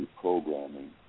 programming